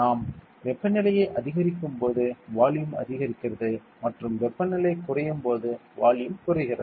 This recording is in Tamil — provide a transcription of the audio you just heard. நாம் வெப்பநிலையை அதிகரிக்கும்போது வால்யூம் அதிகரிக்கிறது மற்றும் வெப்பநிலை குறையும்போது வால்யூம் குறைகிறது